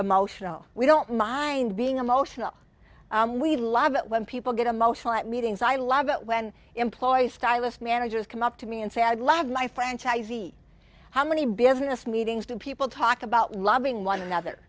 emotional we don't mind being emotional and we love it when people get emotional at meetings i love it when employees stylist managers come up to me and sad love my franchisees how many business meetings do people talk about loving one another